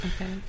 Okay